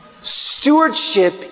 Stewardship